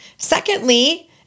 Secondly